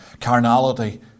carnality